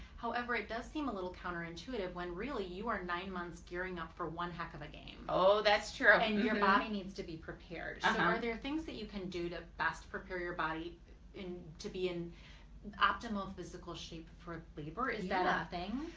however, it does seem a little counterintuitive when really you are nine months gearing up for one heck of a game. oh that's true and you're body needs to be prepared and are there things that you can do to best prepare your body to be an optimal physical shape for labor? is that ah a thing?